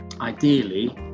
ideally